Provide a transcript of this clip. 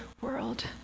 world